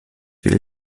will